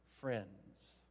friends